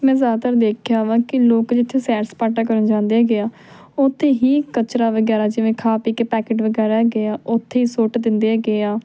ਮੈਂ ਜ਼ਿਆਦਾਤਰ ਦੇਖਿਆ ਵਾ ਕਿ ਲੋਕ ਜਿੱਥੇ ਸੈਰ ਸਪਾਟਾ ਕਰਨ ਜਾਂਦੇ ਹੈਗੇ ਆ ਉੱਥੇ ਹੀ ਕਚਰਾ ਵਗੈਰਾ ਜਿਵੇਂ ਖਾ ਪੀ ਕੇ ਪੈਕਟ ਵਗੈਰਾ ਹੈਗੇ ਆ ਉੱਥੇ ਹੀ ਸੁੱਟ ਦਿੰਦੇ ਹੈਗੇ ਆ